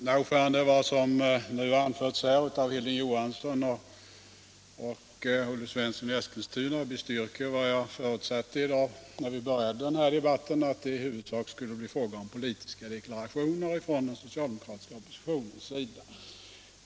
Herr talman! Vad som nu anförts av herrar Johansson i Trollhättan och Svensson i Eskilstuna bestyrker det jag förutsatte när vi började den här debatten, nämligen att det i huvudsak skulle bli fråga om politiska deklarationer från den socialdemokratiska oppositionens sida.